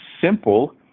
simple